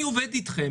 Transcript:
אני עובד אתכם,